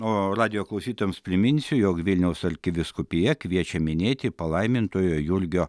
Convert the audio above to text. o radijo klausytojams priminsiu jog vilniaus arkivyskupija kviečia minėti palaimintojo jurgio